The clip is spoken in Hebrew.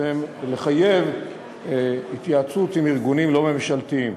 בעצם לחייב התייעצות עם ארגונים לא ממשלתיים.